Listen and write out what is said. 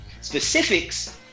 specifics